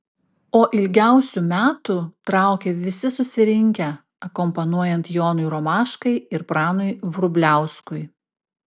o ilgiausių metų traukė visi susirinkę akompanuojant jonui romaškai ir pranui vrubliauskui